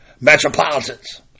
Metropolitans